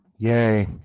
Yay